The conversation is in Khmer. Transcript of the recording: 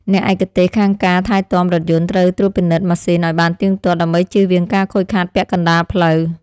អ្នកឯកទេសខាងការថែទាំរថយន្តត្រូវត្រួតពិនិត្យម៉ាស៊ីនឱ្យបានទៀងទាត់ ដើម្បីជៀសវាងការខូចខាតពាក់កណ្តាលផ្លូវ។